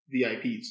VIPs